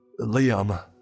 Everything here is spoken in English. Liam